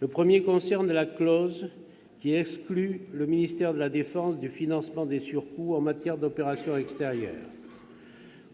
Le premier concerne la clause qui exclut le ministère de la défense du financement des surcoûts en matière d'opérations extérieures.